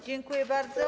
Dziękuję bardzo.